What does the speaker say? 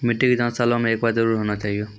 मिट्टी के जाँच सालों मे एक बार जरूर होना चाहियो?